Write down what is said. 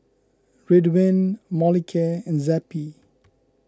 Ridwind Molicare and Zappy